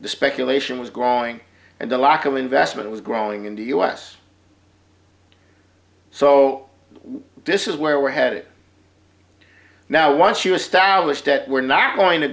the speculation was growing and the lack of investment was growing in the u s so this is where we're headed now once you establish that we're not going to